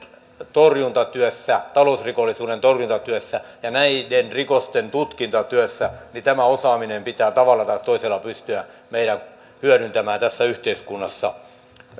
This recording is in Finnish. torjuntatyössä talousrikollisuuden torjuntatyössä ja näiden rikosten tutkintatyössä pitää pystyä hyödyntämään tässä yhteiskunnassa